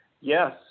Yes